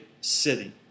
city